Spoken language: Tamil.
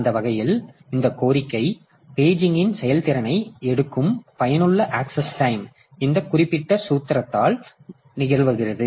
அந்த வகையில் இந்த கோரிக்கை பேஜிங் செயல்திறனை எடுக்கும் பயனுள்ள ஆக்சஸ் டைம் இந்த குறிப்பிட்ட சூத்திரத்தால் நிர்வகிக்கப்படுகிறது